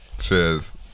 Cheers